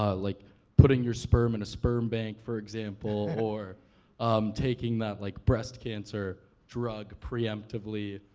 ah like putting your sperm in a sperm bank, for example, or um taking that like breast cancer drug preemptively.